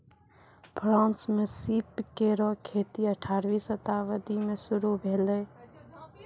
France म सीप केरो खेती अठारहवीं शताब्दी में शुरू भेलै